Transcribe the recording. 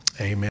Amen